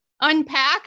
unpack